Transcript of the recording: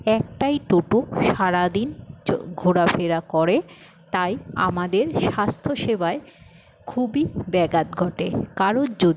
একটাই টোটো সারা দিন ঘোরাফেরা করে তাই আমাদের স্বাস্থ্য সেবায় খুবই ব্যাঘাত ঘটে কারোর যদি